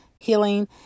healing